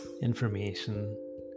information